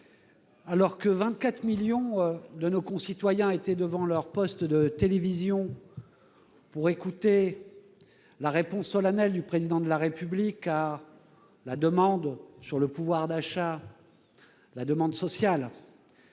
alors que 24 millions de nos concitoyens étaient devant leur poste de télévision pour écouter la réponse solennelle du Président de la République, non seulement à la demande sociale,